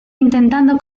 intentando